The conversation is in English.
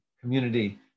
community